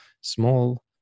small